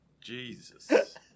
Jesus